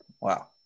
wow